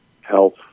health